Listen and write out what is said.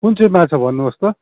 कुन चाहिँ माछा भन्नुहोस् त